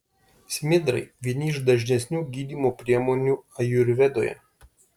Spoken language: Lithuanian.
smidrai vieni iš dažnesnių gydymo priemonių ajurvedoje